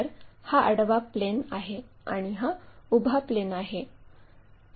तर हा आडवा प्लेन आहे आणि हा उभा प्लेन आहे